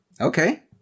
Okay